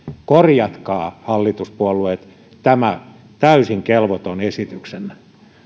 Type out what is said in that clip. korjatkaa hallituspuolueet tämä täysin kelvoton esityksenne